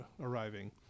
arriving